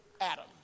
Adam